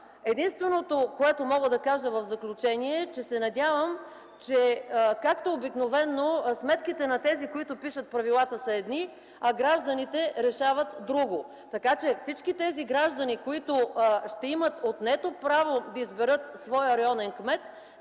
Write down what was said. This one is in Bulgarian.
Единственото, което мога да кажа в заключение е, че се надявам, че както обикновено сметките на тези, които пишат правилата са едни, а гражданите решават друго. Всички тези граждани, които ще имат отнето право да изберат своя районен кмет,